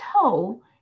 toe